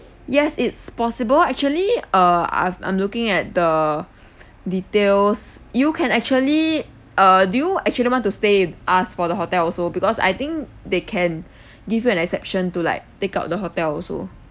yes it's possible actually err I've I'm looking at the details you can actually err do you actually want to stay with us for the hotel also because I think they can give you an exception to like take out the hotel also